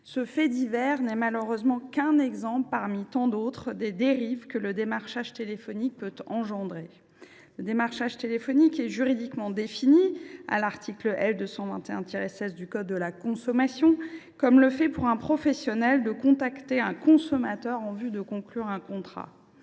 Ce fait divers n’est malheureusement qu’un exemple parmi tant d’autres des dérives que le démarchage téléphonique peut engendrer. Ce dernier est juridiquement défini à l’article L. 221 16 du code de la consommation comme le fait pour un professionnel de contacter un consommateur en vue de conclure un contrat.